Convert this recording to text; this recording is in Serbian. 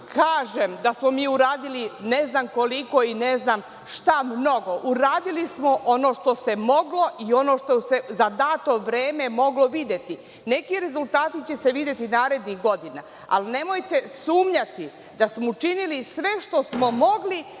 kažem da smo mi uradili ne znam koliko i ne znam šta mnogo. Uradili smo ono što se moglo i ono što se za dato vreme moglo videti. Neki rezultati će se videti narednih godina, ali nemojte sumnjati da smo učinili sve što smo mogli